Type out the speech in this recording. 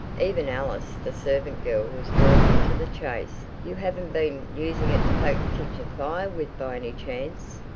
even alice, the servant-girl, was drawn into the chase. you haven't been using it to poke the kitchen fire with by any chance?